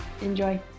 enjoy